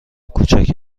کوچک